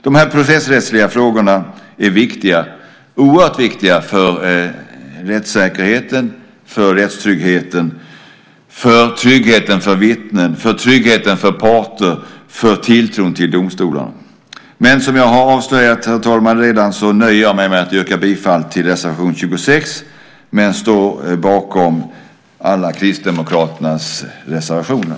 Dessa processrättsliga frågor är oerhört viktiga för rättssäkerheten, för rättstryggheten, för tryggheten för vittnen, för tryggheten för parter och för tilltron till domstolarna. Men som jag redan har avslöjat, herr talman, nöjer jag mig med att yrka bifall till reservation nr 26. Jag står dock bakom alla Kristdemokraternas reservationer.